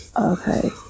Okay